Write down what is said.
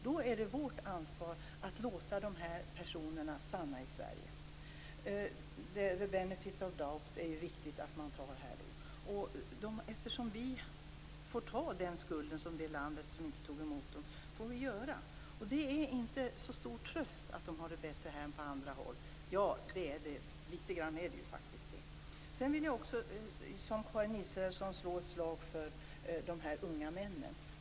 Då är det vårt ansvar att låta de här personerna stanna i Sverige. The benefit of doubt är det viktigt att ta med här, eftersom vi får ta det landets skuld som inte tog emot dem. Det är bara en liten tröst att de har det bättre här. Jag vill också, liksom Karin Israelsson, slå ett slag för de unga männen.